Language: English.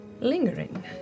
Lingering